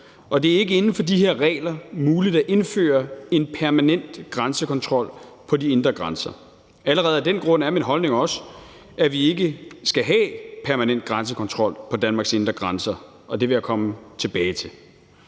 og det er ikke inden for de her regler muligt at indføre en permanent grænsekontrol på de indre grænser. Allerede af den grund er min holdning også, at vi ikke skal have permanent grænsekontrol på Danmarks indre grænser, og det vil jeg komme tilbage til.